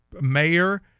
mayor